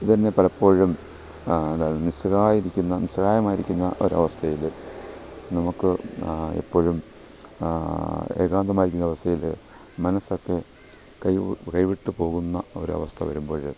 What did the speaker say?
ഇതെന്നെ പലപ്പോഴും അത് നിസ്സഹായമായിരിക്കുന്ന നിസ്സഹായമായിരിക്കുന്ന ഒരു അവസ്ഥയിൽ നമുക്ക് ആ എപ്പോഴും ഏകാന്തമായിരിക്കുന്ന അവസ്ഥയിൽ മനസ്സൊക്കെ കൈവിട്ട് കൈവിട്ട് പോകുന്ന ഒരവസ്ഥ വരുമ്പോൾ